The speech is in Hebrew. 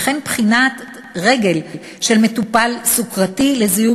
וכן בחינת רגל של מטופל סוכרתי לזיהוי